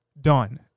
done